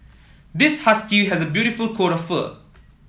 this husky has a beautiful coat of fur